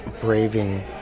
braving